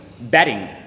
betting